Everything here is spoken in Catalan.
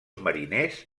mariners